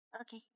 okay